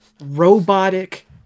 robotic